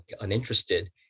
uninterested